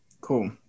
Cool